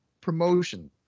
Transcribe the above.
promotion